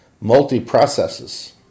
multi-processes